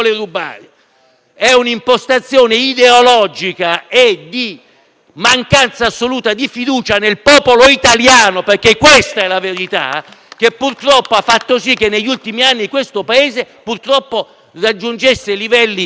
È un'impostazione ideologica e di mancanza assoluta di fiducia nel popolo italiano - questa è la verità - che purtroppo ha fatto sì che negli ultimi anni questo Paese raggiungesse livelli davvero infimi